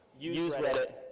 use reddit,